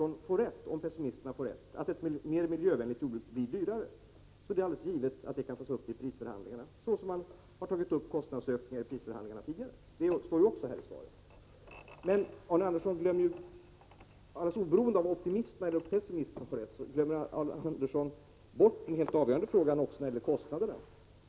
Jag upprepar att om pessimisterna får rätt och ett mera miljövänligt jordbruk blir dyrare, så kan detta givetvis tas upp vid prisförhandlingarna, liksom man tidigare tagit upp frågan om kostnadsökningar. Det står också i svaret. Men alldeles oberoende av om optimisterna eller pessimisterna får rätt, så glömmer Arne Andersson bort det helt avgörande när det gäller kostnaderna.